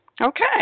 Okay